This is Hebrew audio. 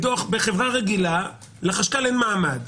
בחברה רגילה לחשכ"ל אין מעמד.